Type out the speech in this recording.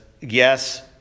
Yes